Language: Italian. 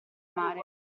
mare